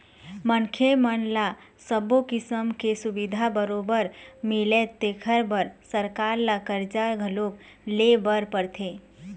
मनखे मन ल सब्बो किसम के सुबिधा बरोबर मिलय तेखर बर सरकार ल करजा घलोक लेय बर परथे